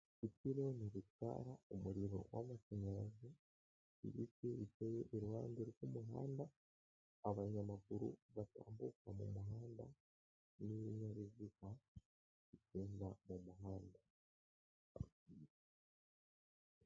Ipironi ritwara umuriro w'amashanyarazi, ibiti biteye iruhande rw'umuhanda, abanyamaguru batambuka mu muhanda n'ibinyabiziga bigenda mu muhanda.